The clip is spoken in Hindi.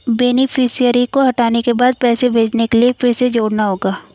बेनीफिसियरी को हटाने के बाद पैसे भेजने के लिए फिर से जोड़ना होगा